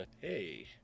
hey